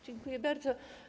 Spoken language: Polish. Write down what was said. Dziękuję bardzo.